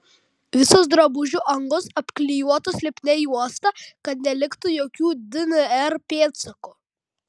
visos drabužių angos apklijuotos lipnia juosta kad neliktų jokių dnr pėdsakų